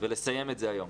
ולסיים את זה היום.